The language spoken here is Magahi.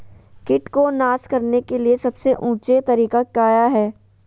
किट को नास करने के लिए सबसे ऊंचे तरीका काया है?